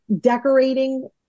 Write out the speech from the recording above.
decorating